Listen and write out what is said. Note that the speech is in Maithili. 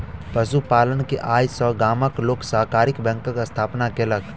पशु पालन के आय सॅ गामक लोक सहकारी बैंकक स्थापना केलक